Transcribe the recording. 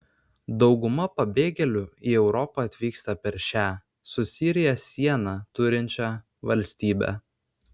dauguma pabėgėlių į europą atvyksta per šią su sirija sieną turinčią valstybę